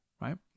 Right